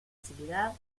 facilidad